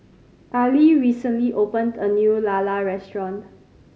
Arlie recently opened a new lala restaurant